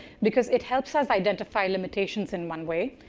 because it helps us identify limitations in one way,